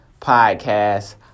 podcast